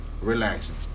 relaxing